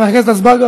חבר הכנסת אזברגה,